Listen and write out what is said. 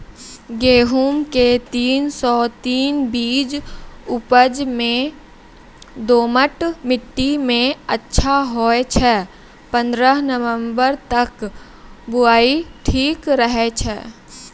गेहूँम के तीन सौ तीन बीज उपज मे दोमट मिट्टी मे अच्छा होय छै, पन्द्रह नवंबर तक बुआई ठीक रहै छै